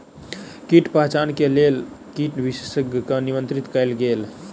कीट पहचान के लेल कीट विशेषज्ञ के निमंत्रित कयल गेल